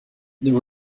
there